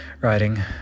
riding